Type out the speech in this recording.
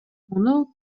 муну